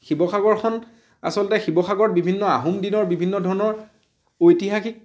শিৱসাগৰখন আচলতে শিৱসাগৰত বিভিন্ন আহোম দিনৰ বিভিন্ন ধৰণৰ ঐতিহাসিক